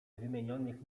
wymienionych